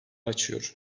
açıyor